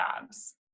jobs